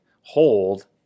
hold